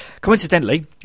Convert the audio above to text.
Coincidentally